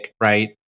right